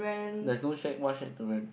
there's no shack what shack to rent